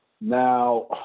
Now